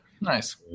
nice